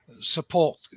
support